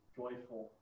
joyful